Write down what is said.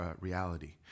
reality